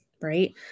right